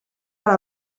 para